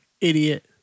Idiot